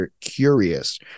curious